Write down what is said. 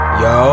yo